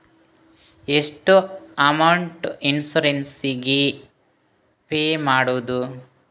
ಎಷ್ಟು amount insurance ಗೇ pay ಮಾಡುವುದು?